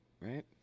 right